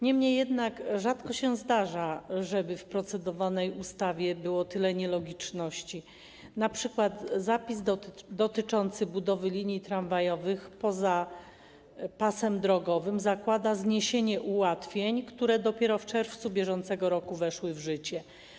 Niemniej jednak rzadko się zdarza, żeby w procedowanej ustawie było tyle nielogiczności, np. zapis dotyczący budowy linii tramwajowych poza pasem drogowym zakłada zniesienie ułatwień, które dopiero w czerwcu br. weszły w życie.